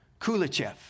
Kulichev